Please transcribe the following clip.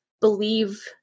believe